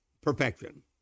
Perfection